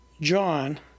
John